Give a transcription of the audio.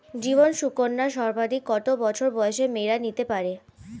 জীবন সুকন্যা সর্বাধিক কত বছর বয়সের মেয়েরা নিতে পারে?